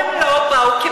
אבל הם לא באו כמתחרים.